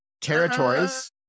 Territories